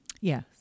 Yes